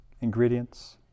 ingredients